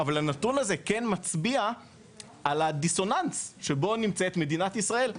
אבל הנתון הזה כן מבציע על הדיסוננס שבו נמצאת מדינת ישראל.